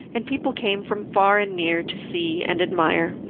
and people came from far and near to see and admire.